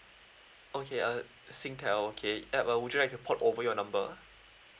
okay uh singtel okay and uh would you like to port over your number